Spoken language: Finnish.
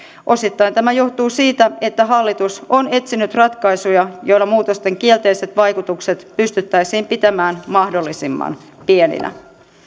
osittain tämä johtuu siitä että hallitus on etsinyt ratkaisuja joilla muutosten kielteiset vaikutukset pystyttäisiin pitämään mahdollisimman pieninä